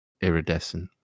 iridescent